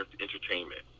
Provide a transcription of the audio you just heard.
entertainment